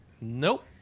Nope